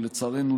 לצערנו,